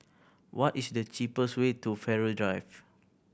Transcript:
what is the cheapest way to Farrer Drive